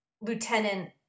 lieutenant